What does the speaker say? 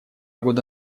года